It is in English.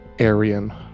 Aryan